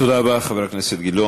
תודה רבה, חבר הכנסת גילאון.